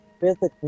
physically